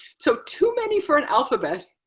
so too many for an alphabet,